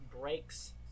breaks